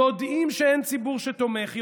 יודעים שאין רוב שתומך,